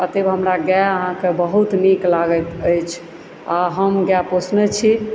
अतएव गाय हमरा अहाँके बहुत नीक लागैत अछि आ हम गाय पोसने छी